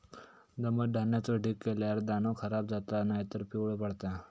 दमट धान्याचो ढीग केल्यार दाणो खराब जाता नायतर पिवळो पडता